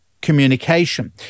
communication